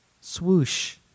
Swoosh